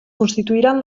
constituiran